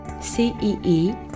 CEE